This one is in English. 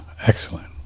excellent